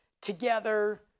together